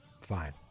fine